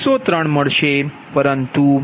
પરંતુ L11